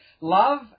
Love